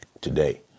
today